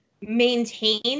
maintain